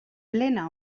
plena